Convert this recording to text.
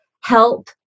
help